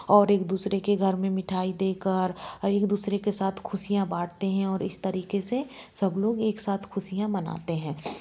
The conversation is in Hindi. और एक दूसरे के घर में मिठाई देकर एक दूसरे के साथ खुशियां बांटते हैं और इस तरीके से सब लोग एक साथ खुशियां मनाते हैं